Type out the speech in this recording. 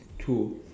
two